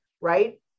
right